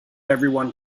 everyone